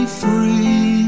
free